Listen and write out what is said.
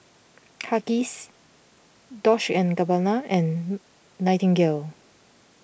Huggies Dolce and Gabbana and Nightingale